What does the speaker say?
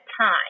time